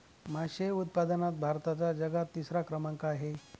मासे उत्पादनात भारताचा जगात तिसरा क्रमांक आहे